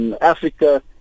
Africa